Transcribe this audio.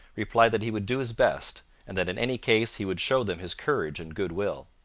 replied that he would do his best, and that in any case he would show them his courage and goodwill.